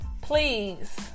please